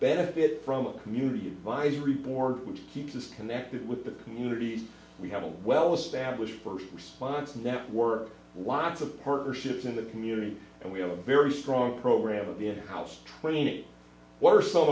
benefit from a community advisory board which keeps us connected with the community we have a well established first response network lots of partnerships in the community and we have a very strong program of the house training what are some